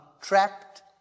trapped